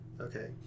Okay